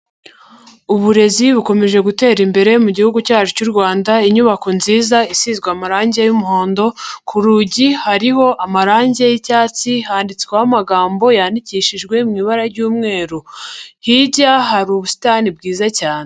Uburezi bukomeje gutera imbere mu gihugu cyacu cy'u Rwanda. Inyubako nziza isizwe amarangi y'umuhondo ku rugi hariho amarangi y'icyatsi handitsweho amagambo yandikishijwe mu ibara ry'umweru hirya hari ubusitani bwiza cyane.